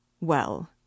Well